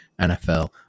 NFL